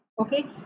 okay